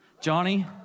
Johnny